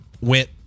went